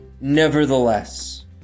nevertheless